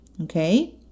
Okay